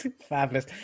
fabulous